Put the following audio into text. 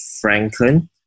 Franklin